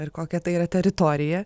ir kokia tai yra teritorija